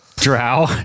Drow